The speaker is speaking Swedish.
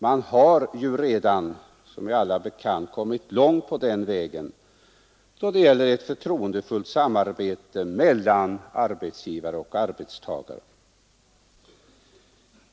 Man har redan, som är alla bekant, kommit långt på den vägen då det gäller ett förtroendefullt samarbete mellan arbetsgivare och arbetstagare.